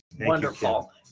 wonderful